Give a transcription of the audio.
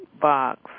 Box